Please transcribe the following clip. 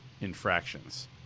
infractions